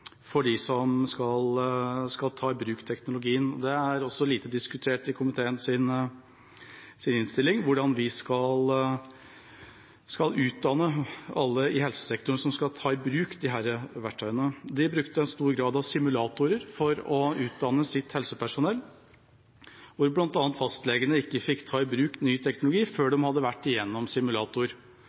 e-helse. De bruker et statlig direktorat for å drive fram både teknologi og kompetanseverktøyene for dem som skal ta i bruk teknologien. Det er også lite diskutert i komiteens innstilling – hvordan vi skal utdanne alle i helsesektoren som skal ta i bruk disse verktøyene. De brukte i stor grad simulatorer for å utdanne sitt helsepersonell, og bl.a. fastlegene fikk ikke ta i bruk ny teknologi før de hadde vært gjennom en simulator.